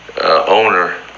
owner